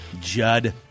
Judd